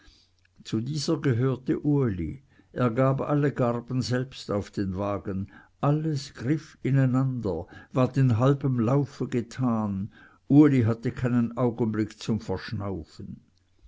zu dieser gehörte uli er gab alle garben selbst auf den wagen alles griff in einander ward in halbem lauf getan uli hatte keinen augenblick zum verschnaufen